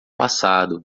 passado